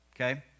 Okay